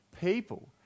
people